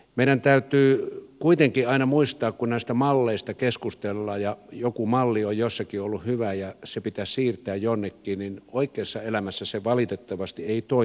meidän täytyy kuitenkin aina muistaa kun näistä malleista keskustellaan ja joku malli on jossakin ollut hyvä ja se pitäisi siirtää jonnekin että oikeassa elämässä se valitettavasti ei toimi niin